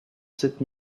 sept